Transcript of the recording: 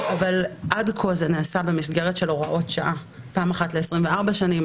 אבל עד כה זה נעשה במסגרת של הוראות שעה פעם אחת ל-24 שנים,